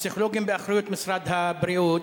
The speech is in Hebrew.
הפסיכולוגים שבאחריות משרד הבריאות,